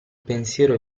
pensiero